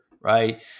Right